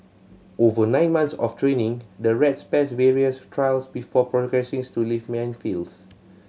over nine months of training the rats pass various trials before progressing to live minefields